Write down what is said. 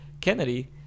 Kennedy